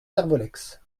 servolex